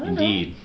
Indeed